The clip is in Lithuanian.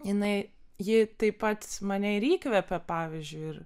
jinai ji taip pat mane ir įkvepė pavyzdžiui ir